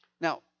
Now